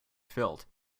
field